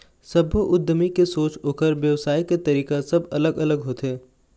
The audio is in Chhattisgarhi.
सब्बो उद्यमी के सोच, ओखर बेवसाय के तरीका सब अलग अलग होथे